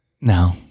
No